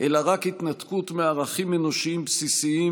אלא רק התנתקות מערכים אנושיים בסיסיים